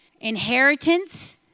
inheritance